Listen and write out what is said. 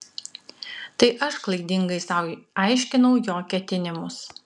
tai aš klaidingai sau aiškinau jo ketinimus